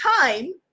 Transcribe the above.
time